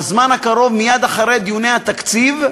בזמן הקרוב, מייד אחרי דיוני התקציב,